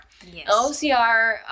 OCR